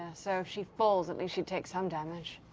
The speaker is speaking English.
ah so if she falls at least she takes some damage.